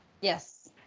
Yes